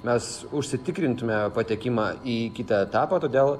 mes užsitikrintume patekimą į kitą etapą todėl